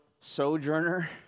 sojourner